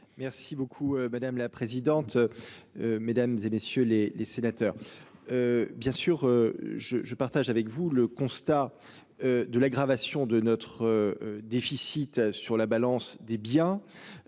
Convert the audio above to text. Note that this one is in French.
Merci beaucoup madame la présidente. Mesdames, et messieurs les les sénateurs. Bien sûr je, je partage avec vous le constat. De l'aggravation de notre déficit sur la balance des biens.